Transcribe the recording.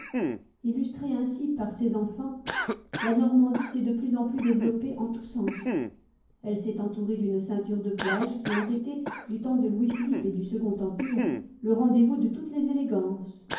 illustrée ainsi par ses enfants la normandie s'est de plus en plus développée en tous sens elle s'est entourée d'une ceinture de plages qui ont été du temps de louis-philippe et du second empire le rendez-vous de toutes les élégances